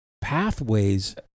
pathways